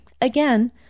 again